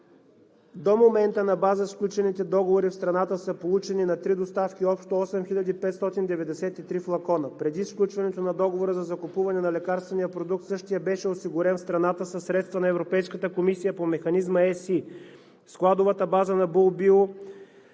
До момента, на база сключените договори, в страната са получени на три доставки общо 8593 флакона. Преди сключването на договора за закупуване на лекарствения продукт същият беше осигурен в страната със средства на Европейската комисия по Механизма МСРИ. В складовата база на Булбио